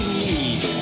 need